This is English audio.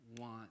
want